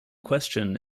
question